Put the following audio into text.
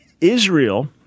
Israel